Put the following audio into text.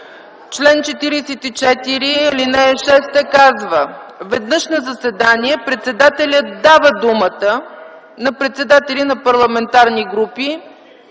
Член 44, ал. 6 казва: „Веднъж на заседание председателят дава думата на председатели на парламентарни групи.”